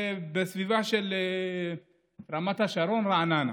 ובסביבה של רמת השרון, רעננה.